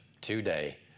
today